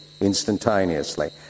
instantaneously